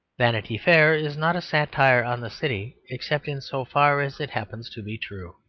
vanity fair is not a satire on the city except in so far as it happens to be true.